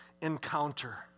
encounter